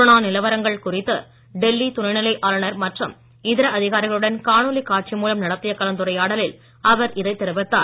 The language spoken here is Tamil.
கொரோனா நிலவரங்கள் குறித்து டெல்லி துணைநிலை ஆளுநர் மற்றும் இதர அதிகாரிகளுடன் காணொளி காட்சி மூலம் நடத்திய கலந்துரையாடலில் அவர் இதை தெரிவித்தார்